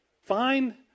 fine